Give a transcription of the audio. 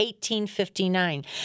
1859